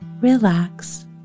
relax